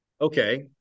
Okay